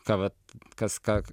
ką vat kas ką